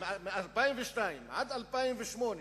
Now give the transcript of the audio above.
מ-2002 עד 2008,